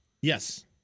Yes